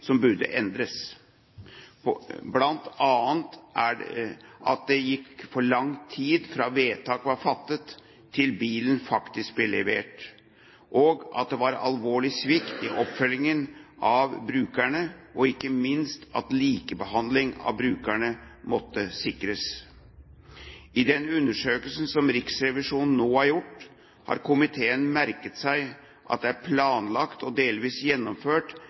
som burde endres, bl.a. at det gikk for lang tid fra vedtak var fattet, til bilen faktisk ble levert, at det var alvorlig svikt i oppfølging av brukerne og ikke minst at likebehandling av brukerne måtte sikres. I den undersøkelsen som Riksrevisjonen nå har gjort, har komiteen merket seg at det er planlagt og delvis gjennomført